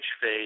phase